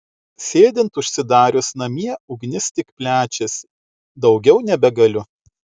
sėdint užsidarius namie ugnis tik plečiasi daugiau nebegaliu